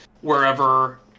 wherever